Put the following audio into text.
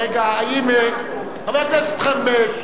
רגע, חבר הכנסת חרמש,